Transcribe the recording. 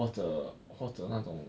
或者或者那种